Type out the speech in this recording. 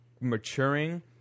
maturing